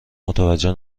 متوجه